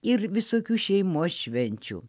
ir visokių šeimos švenčių